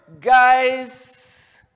guys